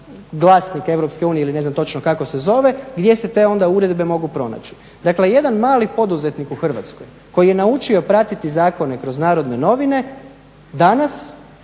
glasnik EU ili ne znam kako se točno zove, gdje se te onda uredbe mogu pronaći. Dakle, jedan mali poduzetnik u Hrvatskoj koji je naučio pratiti zakone kroz narodne novine danas